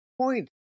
point